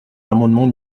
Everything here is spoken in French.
l’amendement